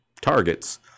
targets